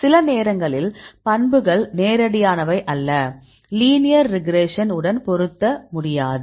சில நேரங்களில் பண்புகள் நேரடியானவை அல்ல லீனியர் ரிக்ரேஷன் உடன் பொருந்த முடியாது